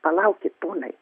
palaukit ponai